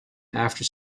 after